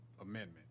amendment